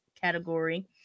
category